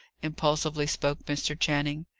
impulsively spoke mr. channing.